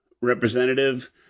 representative